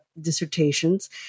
dissertations